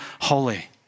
holy